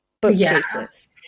bookcases